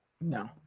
No